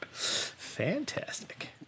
Fantastic